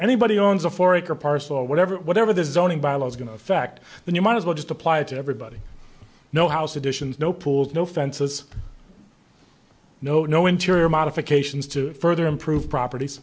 parcel or whatever whatever the zoning bylaw is going to affect then you might as well just apply to everybody no house additions no pools no fences no no interior modifications to further improve propert